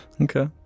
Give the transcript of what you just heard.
Okay